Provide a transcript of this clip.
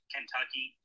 Kentucky